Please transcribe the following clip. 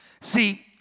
See